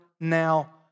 now